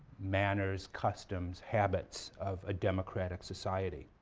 manners, customs, habits of a democratic society.